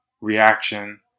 reaction